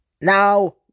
now